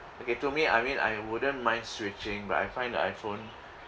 okay to me I mean I wouldn't mind switching but I find that iPhone